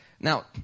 Now